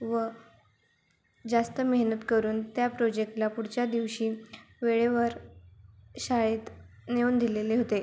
व जास्त मेहनत करून त्या प्रोजेक्टला पुढच्या दिवशी वेळेवर शाळेत नेऊन दिलेले होते